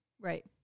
Right